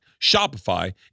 Shopify